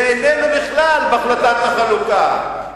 זה איננו בכלל בהחלטת החלוקה.